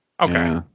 Okay